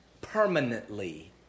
permanently